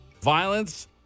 violence